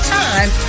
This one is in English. time